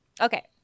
Okay